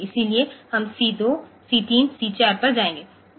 इसलिए हम C 2 C 3 C4 पर जाएंगे